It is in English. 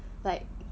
like